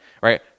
Right